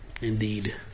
Indeed